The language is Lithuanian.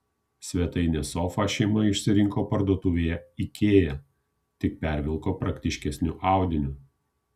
svetainės sofą šeima išsirinko parduotuvėje ikea tik pervilko praktiškesniu audiniu